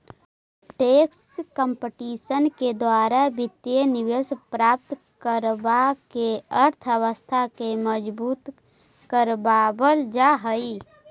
tax competition के द्वारा वित्तीय निवेश प्राप्त करवा के अर्थव्यवस्था के मजबूत करवा वल जा हई